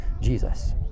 Jesus